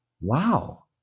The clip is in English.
wow